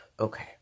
Okay